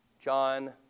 John